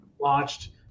launched